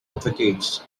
advocates